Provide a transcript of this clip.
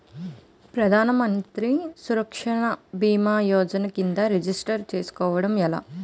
ప్రధాన మంత్రి సురక్ష భీమా యోజన కిందా రిజిస్టర్ చేసుకోవటం ఎలా?